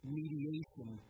mediation